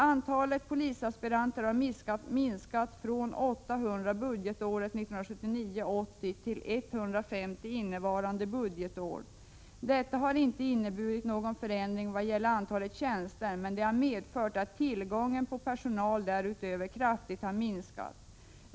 Antalet polisaspiranter har minskat från 800 budgetåret 1979/80 till 150 innevarande budgetår. Detta har inte inneburit någon förändring vad gäller antalet tjänster, men det har medfört att tillgången på personal därutöver kraftigt har minskat.